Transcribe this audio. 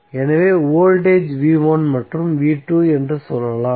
எனவே voltage v1 மற்றும் v2 என்று சொல்லலாம்